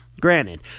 Granted